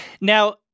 Now